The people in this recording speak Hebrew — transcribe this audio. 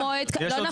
יש עוד זמן.